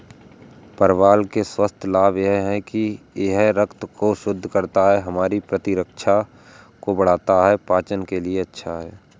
परवल के स्वास्थ्य लाभ यह हैं कि यह रक्त को शुद्ध करता है, हमारी प्रतिरक्षा को बढ़ाता है, पाचन के लिए अच्छा है